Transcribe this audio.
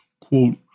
quote